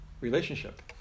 relationship